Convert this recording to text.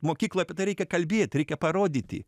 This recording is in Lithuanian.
mokykloj apie tai reikia kalbėt reikia parodyti